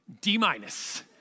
d-minus